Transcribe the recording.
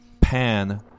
pan